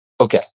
okay